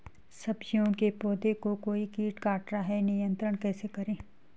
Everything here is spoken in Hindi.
सब्जियों के पौधें को कोई कीट काट रहा है नियंत्रण कैसे करें?